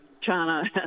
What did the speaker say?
China